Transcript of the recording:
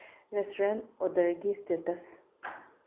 restaurant ꯑꯣꯔꯗꯔꯒꯤ status